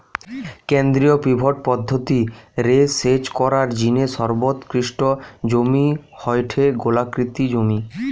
কেন্দ্রীয় পিভট পদ্ধতি রে সেচ করার জিনে সর্বোৎকৃষ্ট জমি হয়ঠে গোলাকৃতি জমি